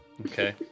Okay